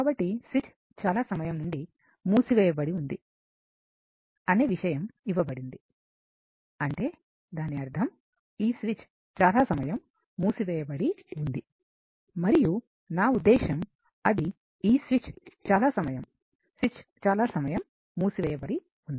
కాబట్టి స్విచ్ చాలా సమయం నుండి మూసివేయబడి ఉంది అనే విషయం ఇవ్వబడింది అంటే దాని అర్ధం ఈ స్విచ్ చాలా సమయం మూసి వేయబడి ఉంది మరియు నా ఉద్దేశ్యం అది ఈ స్విచ్ చాలా సమయం స్విచ్ చాలా సమయం మూసి వేయబడి ఉంది